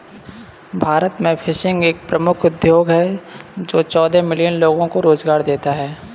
भारत में फिशिंग एक प्रमुख उद्योग है जो चौदह मिलियन लोगों को रोजगार देता है